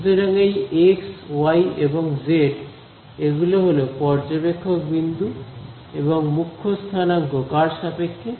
সুতরাং এই X Y এবং জেড এগুলো হলো পর্যবেক্ষক বিন্দু এবং মুখ্য স্থানাঙ্ক কার সাপেক্ষে